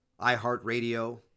iHeartRadio